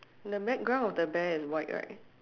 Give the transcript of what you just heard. the background of the bear is white right